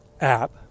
app